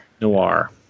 Noir